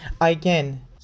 again